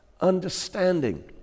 understanding